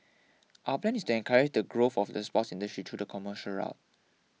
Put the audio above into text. our plan is to encourage the growth of the sports industry through the commercial route